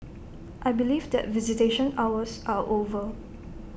I believe that visitation hours are over